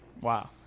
Wow